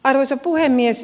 arvoisa puhemies